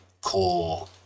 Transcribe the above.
core